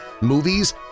movies